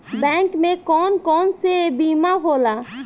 Bank में कौन कौन से बीमा होला?